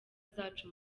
zacu